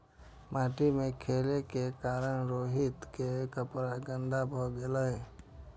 माटि मे खेलै के कारण रोहित के कपड़ा गंदा भए गेलै